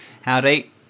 Howdy